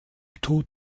tod